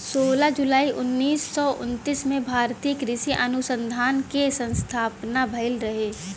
सोलह जुलाई उन्नीस सौ उनतीस में भारतीय कृषि अनुसंधान के स्थापना भईल रहे